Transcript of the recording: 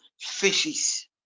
fishes